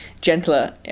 gentler